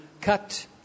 cut